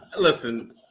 listen